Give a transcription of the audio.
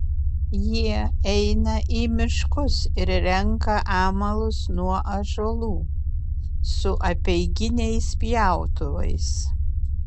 jie eina į miškus ir renka amalus nuo ąžuolų su apeiginiais pjautuvais